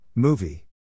Movie